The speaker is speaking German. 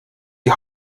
die